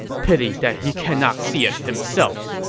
pity that he cannot see it himself!